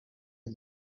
del